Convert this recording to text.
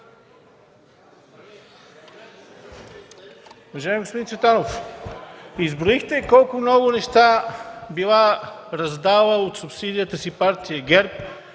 Уважаеми господин Цветанов, изброихте колко много била раздала от субсидията си Партия ГЕРБ.